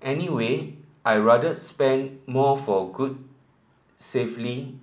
anyway I'd rather spend more for good safely